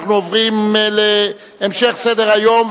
אנחנו עוברים להמשך סדר-היום,